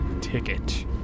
Ticket